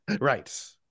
right